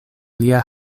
lia